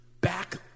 back